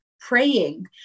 praying